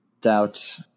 Doubt